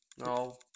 No